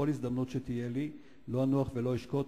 בכל הזדמנות שתהיה לי לא אנוח ולא אשקוט